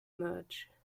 merge